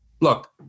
look